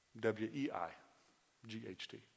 W-E-I-G-H-T